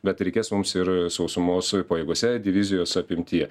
bet reikės mums ir sausumos pajėgose divizijos apimtyje